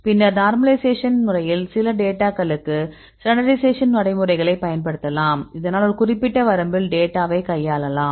பின்னர் நார்மலைசேஷன் முறையில் சில டேட்டாகளுக்கு ஸ்டாண்டர்டைசேஷன் நடைமுறைகளைப் பயன்படுத்தலாம் இதனால் ஒரு குறிப்பிட்ட வரம்பில் டேட்டாவை கையாளலாம்